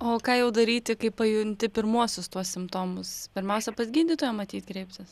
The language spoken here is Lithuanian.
o ką jau daryti kai pajunti pirmuosius tuos simptomus pirmiausia pas gydytoją matyt kreiptis